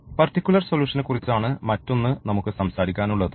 particular സൊലൂഷനെക്കുറിച്ചാണ് മറ്റൊന്ന് നമുക്ക് സംസാരിക്കാൻ ഉള്ളത്